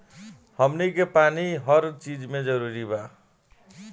हमनी के पानी हर चिज मे जरूरी बा